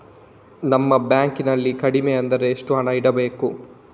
ನಮ್ಮ ಬ್ಯಾಂಕ್ ನಲ್ಲಿ ಕಡಿಮೆ ಅಂದ್ರೆ ಎಷ್ಟು ಹಣ ಇಡಬೇಕು?